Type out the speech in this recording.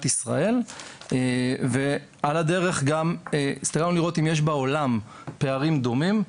ישראל ועל הדרך גם ניסיון לראות אם יש בעולם פערים דומים,